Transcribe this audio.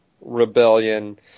rebellion